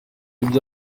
iyo